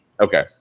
Okay